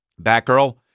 Batgirl